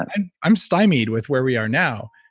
and i'm stymied with where we are now.